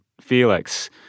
Felix